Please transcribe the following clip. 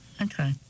okay